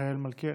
מיכאל מלכיאלי.